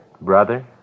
Brother